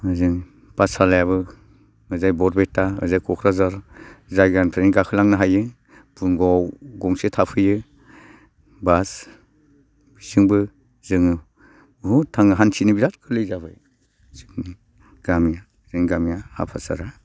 हजों पाठसालायाबो ओजाय बरपेटा ओजाय क'क्राझार जायगानिफ्रायनो गाखोलांनो हायो फुङाव गंसे थाफैयो बास बेथिंबो जोङो बहुद थाङो हान्थिनो बिराद गोरलै जाबाय गामि जों गामिया हाफासारा